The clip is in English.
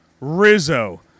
Rizzo